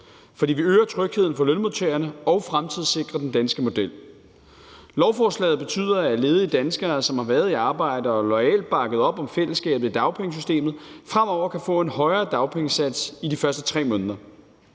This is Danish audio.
for vi øger trygheden for lønmodtagerne og fremtidssikrer den danske model. Lovforslaget betyder, at ledige danskere, som har været i arbejde og loyalt bakket op om fællesskabet i dagpengesystemet, fremover kan få en højere dagpengesats i de første 3 måneder.